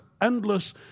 endless